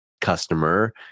customer